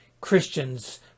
Christians